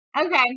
Okay